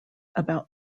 about